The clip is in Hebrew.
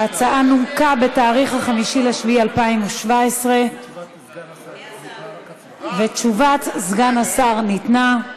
ההצעה נומקה בתאריך 5 ביולי 2017. תשובת סגן השר ניתנה.